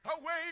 away